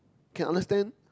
can understand